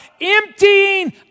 emptying